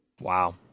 Wow